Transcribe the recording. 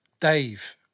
Dave –